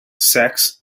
sex